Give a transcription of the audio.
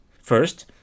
First